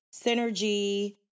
synergy